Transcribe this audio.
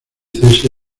cese